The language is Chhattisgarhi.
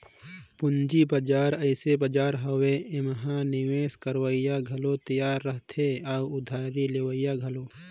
पंूजी बजार अइसे बजार हवे एम्हां निवेस करोइया घलो तियार रहथें अउ उधारी लेहोइया घलो